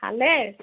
ভালেই